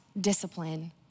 discipline